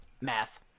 Math